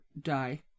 die